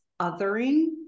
othering